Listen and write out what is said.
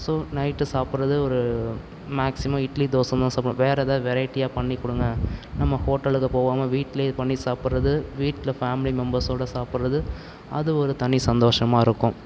so night சாப்பிடுறது ஒரு maximum idli தோசைன் தான் சாப்பிடுவோம் வேறு எதாவது வெரைட்டியாக பண்ணி கொடுங்க நம்ம ஹோட்டலுக்கு போவோமா வீட்டிலயே பண்ணி சாப்பிடுறது வீட்டில் ஃபேமிலி மெம்பர்ஸோடு சாப்பிடுறது அது ஒரு தனி சந்தோஷமா இருக்கும்